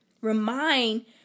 Remind